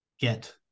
get